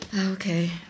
Okay